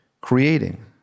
creating